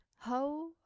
ho